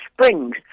Springs